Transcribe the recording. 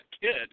kid